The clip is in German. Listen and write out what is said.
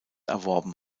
erworben